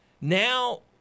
now